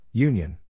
Union